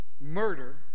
Murder